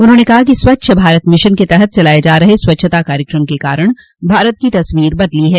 उन्होंने कहा कि स्वच्छ भारत मिशन के तहत चलाये जा रहे स्वच्छता कार्यकम के कारण भारत की तस्वीर बदली है